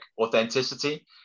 authenticity